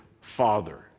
Father